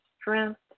strength